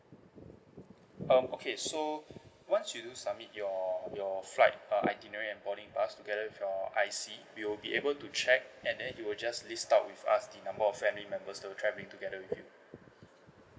um okay so once you do submit your your flight uh itinerary and boarding pass together with your I_C we will be able to check and then you will just list out with us the number of family members those were traveling together with you